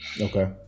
Okay